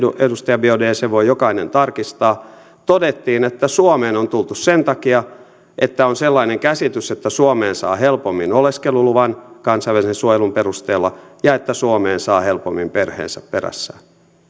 edustaja biaudet sen voi jokainen tarkistaa todettiin että suomeen on tultu sen takia että on sellainen käsitys että suomeen saa helpommin oleskeluluvan kansainvälisen suojelun perusteella ja että suomeen saa helpommin perheensä perässään